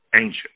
ancient